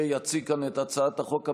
שיציג כאן את הצעת החוק הבאה,